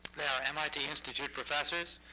they are mit institute professors.